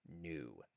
new